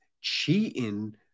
cheating